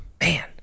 man